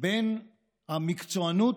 בין המקצוענות,